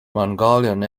mongolian